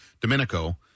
Domenico